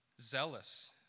zealous